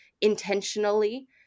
intentionally